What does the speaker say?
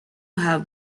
have